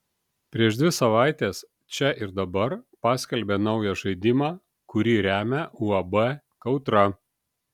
prieš dvi savaites čia ir dabar paskelbė naują žaidimą kurį remia uab kautra